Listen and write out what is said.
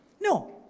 No